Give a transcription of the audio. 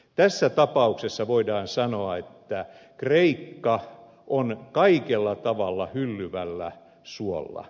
tässä tapauksessa voidaan sanoa että kreikka on kaikella tavalla hyllyvällä suolla